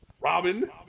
robin